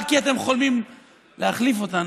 רק כי אתם חולמים להחליף אותנו,